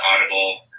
Audible